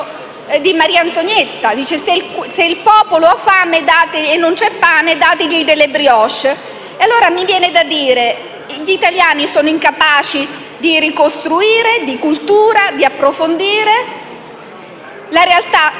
di Maria Antonietta: se il popolo ha fame e non c'è pane, dategli delle *brioche*. Mi viene, quindi, da chiedere: gli italiani sono incapaci di ricostruire, di cultura, di approfondire? La realtà sfugge?